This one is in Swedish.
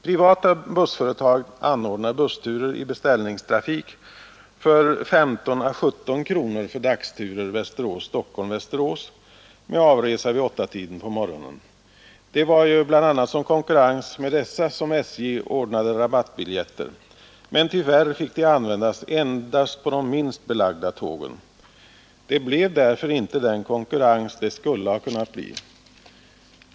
Privata bussföretag anordnar bussturer i beställningstrafik för 15 å 17 kronor för dagsturer Västerås—Stockholm-—Västerås med avresa vid 8-tiden på morgonen. Det var ju bl.a. som konkurrens med dessa som SJ ordnade rabattbiljetter, men tyvärr fick de användas endast på de minst belagda tågen. Det blev därför inte den konkurrens det skulle ha kunnat bli.